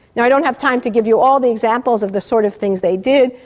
yeah i don't have time to give you all the examples of the sort of things they did,